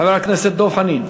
חבר הכנסת דב חנין.